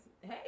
hey